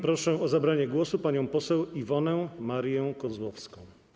Proszę o zabranie głosu panią poseł Iwonę Marię Kozłowską.